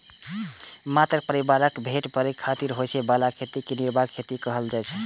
मात्र परिवारक पेट भरै खातिर होइ बला खेती कें निर्वाह खेती कहल जाइ छै